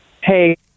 hey